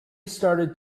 started